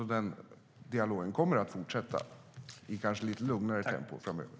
Den dialogen kommer att fortsätta, kanske i lite lugnare tempo framöver.